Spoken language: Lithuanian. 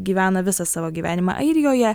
gyvena visą savo gyvenimą airijoje